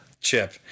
Chip